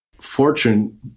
Fortune